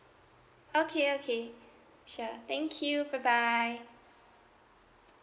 okay okay sure thank you bye bye